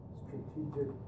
strategic